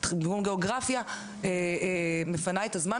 גיאוגרפיה והיא מפנה את הזמן,